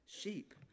sheep